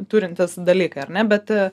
turintys dalykai ar ne bet